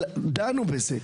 דנו בזה.